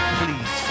please